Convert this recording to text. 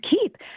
keep